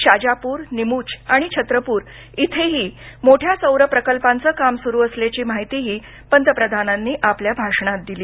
शाजापूर निमुच आणि छत्रपूर इथेही मोठ्या सौर प्रकल्पांचं काम सुरू असल्याची माहितीही पंतप्रधानांनी आपल्या भाषणात दिली